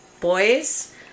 boys